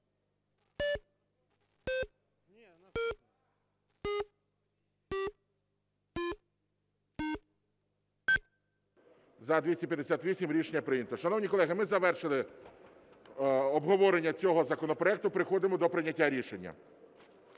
За-258 Рішення прийнято. Шановні колеги, ми завершили обговорення цього законопроекту, переходимо до прийняття рішення.